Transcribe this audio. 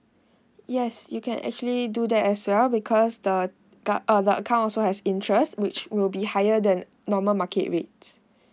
yes you can actually do that as well because the guard on the account also has interest which will be higher than normal market rate